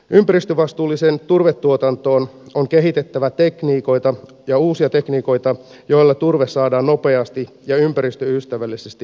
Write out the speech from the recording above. ympäristövastuulliseen turvetuotantoon on kehitettävä uusia tekniikoita joilla turve saadaan nopeasti ja ympäristöystävällisesti nostettua